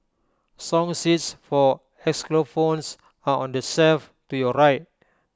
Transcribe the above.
song sheets for xylophones are on the self to your right